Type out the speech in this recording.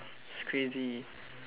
it's crazy